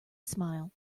smile